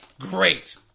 great